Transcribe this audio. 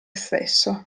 stesso